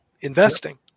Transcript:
investing